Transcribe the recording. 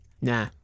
Nah